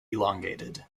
elongated